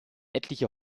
etliche